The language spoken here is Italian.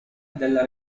della